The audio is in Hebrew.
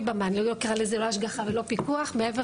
לליווי במעבדה, מעבר